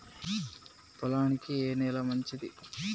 పొలానికి ఏ నేల మంచిది?